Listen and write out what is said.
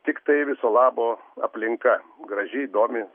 tiktai viso labo aplinka graži įdomi